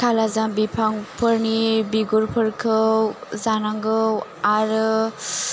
खालाजाम बिफांफोरनि बिगुरफोरखौ जानांगौ आरो